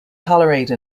tolerate